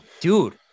dude